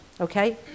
okay